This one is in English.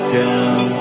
down